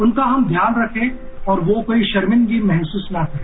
उनका हम ध्यान रखें और वो कोई सर्मिदगी महसूस न करें